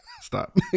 stop